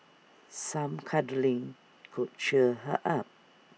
some cuddling could cheer her up